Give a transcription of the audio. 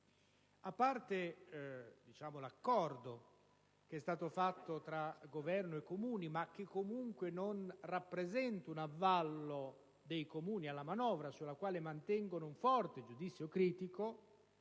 A parte l'accordo che è stato fatto tra Governo e Comuni, ma che comunque non rappresenta un avallo dei Comuni alla manovra, sulla quale mantengono un forte giudizio critico,